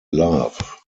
love